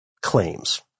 claims